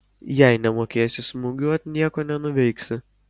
jei nemokėsi smūgiuot nieko nenuveiksi